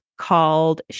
called